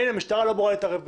ומשטרה לא אמורה להתערב בזה.